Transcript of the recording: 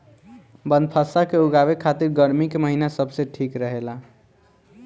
बनफशा के उगावे खातिर गर्मी के महिना सबसे ठीक रहेला